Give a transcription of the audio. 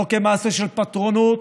לא כמעשה של פטרונות,